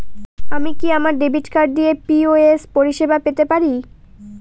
আমি কি আমার ডেবিট কার্ড দিয়ে পি.ও.এস পরিষেবা পেতে পারি?